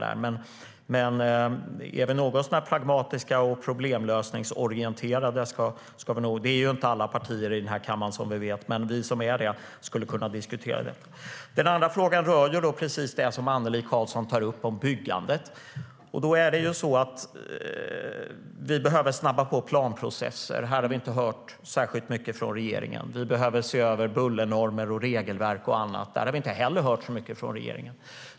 Nu är det inte alla partier här i kammaren som är problemlösningsorienterade, som vi vet, men vi som är det skulle kunna diskutera detta. Den andra frågan rör precis det som Annelie Karlsson tar upp om byggandet. Vi behöver snabba på planprocesserna. Här har vi inte hört särskilt mycket från regeringen. Vi behöver se över bullernormer, regelverk och annat. Där har vi inte heller hört så mycket från regeringen.